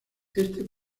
este